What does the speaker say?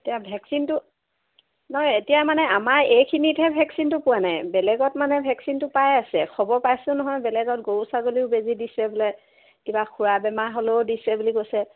এতিয়া ভেকচিনটো নহয় এতিয়া মানে আমাৰ এইখিনিহে ভেকচিনটো পোৱা নাই বেলেগত মানে ভেকচিনটো পাই আছে খ'ব পাইছোঁ নহয় বেলেগত গৰু ছাগলীও বেজী দিছে বোলে কিবা খুৰা বেমাৰ হ'লেও দিছে বুলি কৈছে